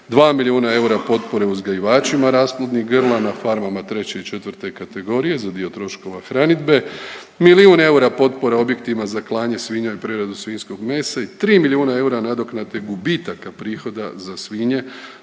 milijuna eura potpore uzgajivačima rasplodnih grla na farmama treće i četvrte kategorije za dio troškova hranidbe. Milijun eura potpore objektima za klanje svinja i preradu svinjskog mesa i 3 milijuna eura nadoknade gubitaka prihoda za svinje